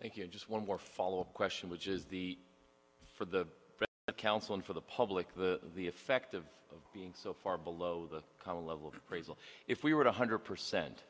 thank you just one more follow up question which is the for the council and for the public the the effect of of being so far below the common level if we were one hundred percent